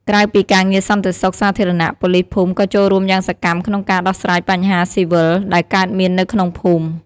ក្រៅពីការងារសន្តិសុខសាធារណៈ ប៉ូលីសភូមិក៏ចូលរួមយ៉ាងសកម្មក្នុងការ ដោះស្រាយបញ្ហាស៊ីវិល ដែលកើតមាននៅក្នុងភូមិ។